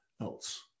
else